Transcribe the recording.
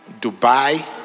dubai